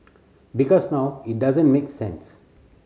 because now it doesn't make sense